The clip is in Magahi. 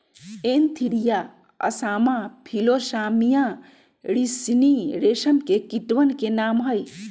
एन्थीरिया असामा फिलोसामिया रिसिनी रेशम के कीटवन के नाम हई